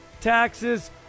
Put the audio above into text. taxes